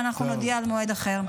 ואנחנו נודיע על מועד אחר.